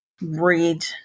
read